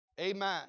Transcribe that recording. Amen